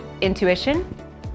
Intuition